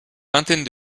vingtaine